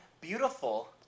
beautiful